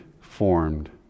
formed